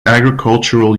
agricultural